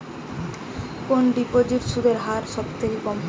কোন ডিপোজিটে সুদের হার সবথেকে কম?